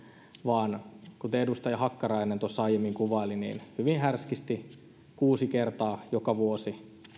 vaan kuten edustaja hakkarainen tuossa aiemmin kuvaili niin hyvin härskisti kuusi kertaa joka vuosi